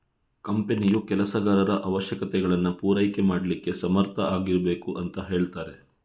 ಕಂಪನಿಯು ಕೆಲಸಗಾರರ ಅವಶ್ಯಕತೆಗಳನ್ನ ಪೂರೈಕೆ ಮಾಡ್ಲಿಕ್ಕೆ ಸಮರ್ಥ ಆಗಿರ್ಬೇಕು ಅಂತ ಹೇಳ್ತಾರೆ